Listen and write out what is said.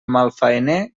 malfaener